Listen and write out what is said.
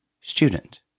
Student